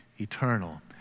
eternal